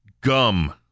Gum